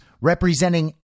representing